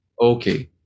okay